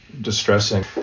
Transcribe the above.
distressing